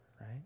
right